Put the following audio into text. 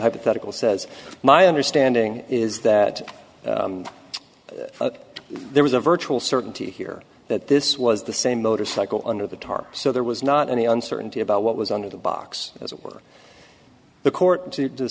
hypothetical says my understanding is that there was a virtual certainty here that this was the same motorcycle under the tarp so there was not any uncertainty about what was under the box as it were the court to